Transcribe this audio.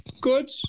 good